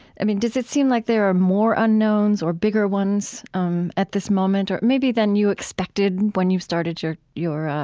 i mean, does it seem like there are more unknowns or bigger ones, um, at this moment or maybe than you expected when you started your your, ah,